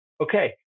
okay